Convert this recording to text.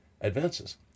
Advances